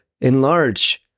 enlarge